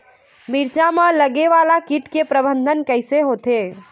मिरचा मा लगे वाला कीट के प्रबंधन कइसे होथे?